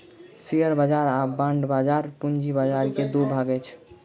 share बाजार आ bond बाजार पूंजी बाजार के दू भाग अछि